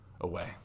away